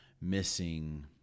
missing